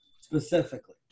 specifically